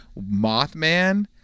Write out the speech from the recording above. Mothman